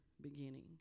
beginning